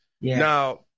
Now